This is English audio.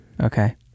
Okay